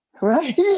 right